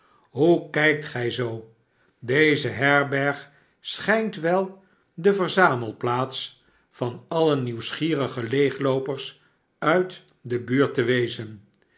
hoe kijkt gij zoo deze herberg schijnt wel de verzamelplaats van alle nieuwsgierige leegloopers uit de buurt te wezen